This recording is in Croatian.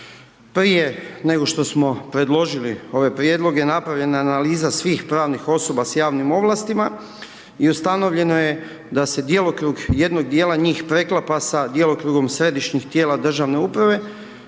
Prije nego što smo predložili ove prijedloge, napravljena je analiza svih pravnih osoba s javnim ovlastima i ustanovljeno je da se djelokrug jednog dijela njih preklapa sa djelokrugom središnjih tijela državne uprave